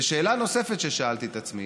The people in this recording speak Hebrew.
ושאלה נוספת ששאלתי את עצמי: